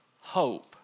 hope